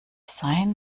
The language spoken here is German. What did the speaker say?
sein